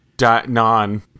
Non